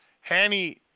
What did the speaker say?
Hanny –